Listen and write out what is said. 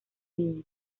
niño